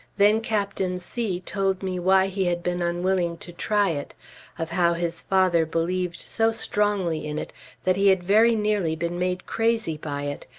then captain c told me why he had been unwilling to try it of how his father believed so strongly in it that he had very nearly been made crazy by it,